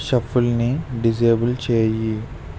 షఫుల్ని disable చేయి